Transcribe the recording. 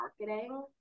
marketing